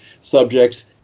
subjects